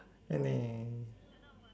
oh no